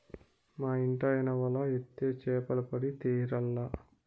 మా ఇంటాయన వల ఏత్తే చేపలు పడి తీరాల్ల